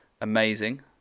amazing